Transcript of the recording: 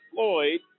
Floyd